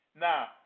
Now